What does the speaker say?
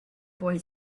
boy